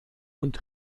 und